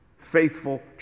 faithful